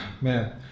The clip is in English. Man